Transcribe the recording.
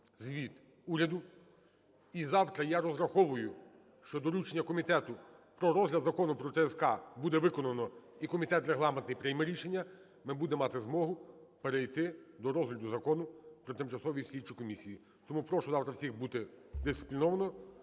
звіт уряду. І завтра я розраховую, що доручення комітету про розгляд Закону про ТСК буде виконано і комітет регламентний прийме рішення. Ми будемо мати змогу перейти до розгляду Закону про тимчасові слідчі комісії. Тому прошу завтра всіх бути дисципліновано